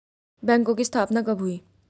बैंकों की स्थापना कब हुई?